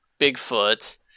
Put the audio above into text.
Bigfoot